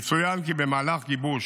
יצוין כי במהלך גיבוש